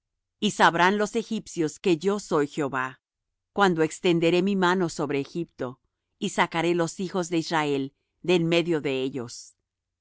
y sabrán los egipcios que yo soy jehová cuando extenderé mi mano sobre egipto y sacaré los hijos de israel de en medio de ellos